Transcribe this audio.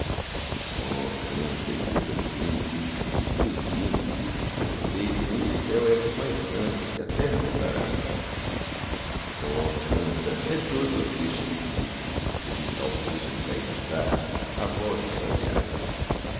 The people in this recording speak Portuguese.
oh canta e canta sempre esses teus hinos eu sei terão no céu ecos mais santos que a terra não dará oh canta é doce ao triste que soluça ouvir saudoso no cair da tarde a voz do sabiá